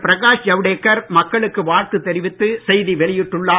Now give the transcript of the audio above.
பிரகாஷ் ஜவ்டேகர் மக்களுக்கு வாழ்த்து தெரிவித்து செய்தி வெளியிட்டுள்ளார்